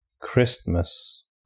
Christmas